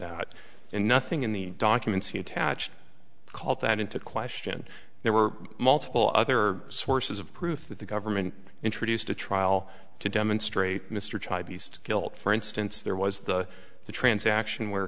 that and nothing in the documents he attached called that into question there were multiple other sources of proof that the government introduced a trial to demonstrate mr guilt for instance there was the transaction where